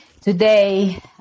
Today